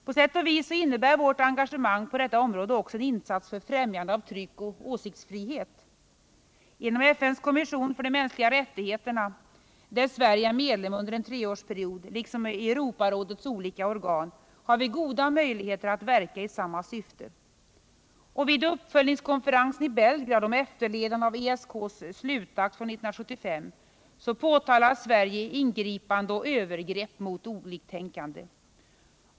På sätt och vis innebär vårt engagemang på detta område också en insats för främjandet av tryckoch åsiktsfrihet. Inom FN:s kommission för de mänskliga rättigheterna, där Sverige är medlem under en treårsperiod, liksom i Europarådets olika organ har vi goda möjligheter att verka i samma syfte. Vid uppföljningskonferensen i Belgrad om efterlevnaden av ESK:s slutakt från 1975 påtalar Sverige ingripanden och övergrepp mot oliktänkande.